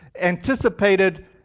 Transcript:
anticipated